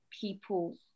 people